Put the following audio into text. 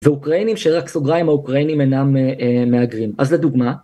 ואוקראינים שרק סוגריים, האוקראינים אינם מהגרים, אז לדוגמא.